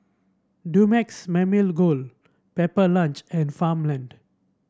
Dumex Mamil Gold Pepper Lunch and Farmland